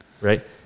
right